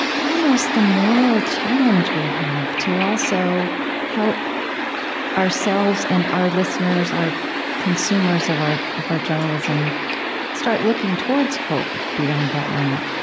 almost the moral challenge we have to also help ourselves and our listeners, our consumers of our of our journalism start looking towards hope beyond that moment.